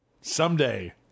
Someday